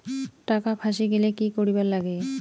টাকা ফাঁসি গেলে কি করিবার লাগে?